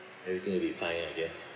everything will be fine at the end